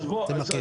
תמקד.